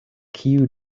kiu